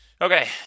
Okay